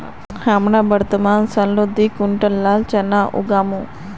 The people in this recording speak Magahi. हमरा वर्तमान सालत दी क्विंटल लाल चना उगामु